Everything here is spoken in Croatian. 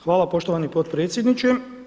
Hvala poštovani potpredsjedniče.